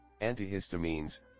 Antihistamines